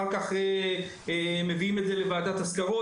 אחר כך מביאים את זה לוועדת הזכאות,